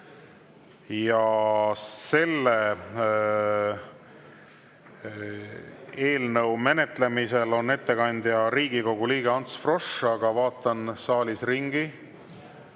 Selle eelnõu menetlemisel on ettekandja Riigikogu liige Ants Frosch, aga vaatan saalis ringi